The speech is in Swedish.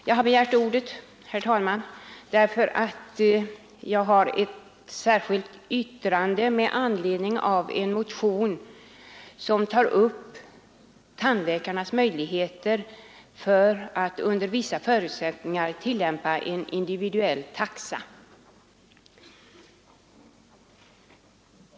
Jag har begärt ordet, herr talman, därför att jag har avgivit ett särskilt yttrande med anledning av en motion som jag väckt om tandläkarnas möjligheter att under vissa förutsättningar tillämpa en individuell taxa.